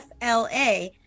FLA